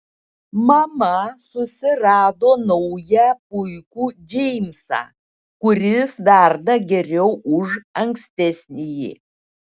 mama susirado naują puikų džeimsą kuris verda geriau už ankstesnįjį